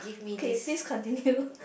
okay please continue